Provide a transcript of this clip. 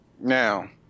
Now